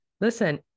listen